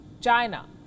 China